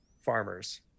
farmers